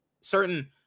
certain